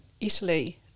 Italy